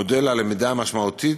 מודל הלמידה המשמעותית,